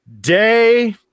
day